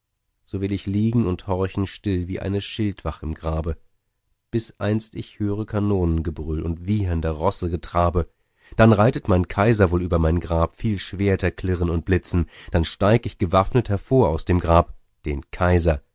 so will ich liegen und horchen still wie eine schildwach im grabe bis einst ich höre kanonengebrüll und wiehernder rosse getrabe dann reitet mein kaiser wohl über mein grab viel schwerter klirren und blitzen dann steig ich gewaffnet hervor aus dem grab den kaiser